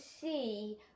see